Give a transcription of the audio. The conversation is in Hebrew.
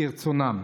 כרצונם.